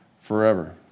forever